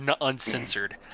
uncensored